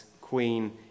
Queen